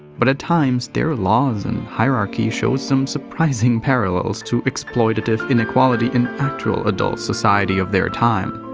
but at times, their laws and hierarchy shows some surprising parallels to exploitative inequality in actual adult society of their time.